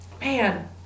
Man